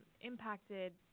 impacted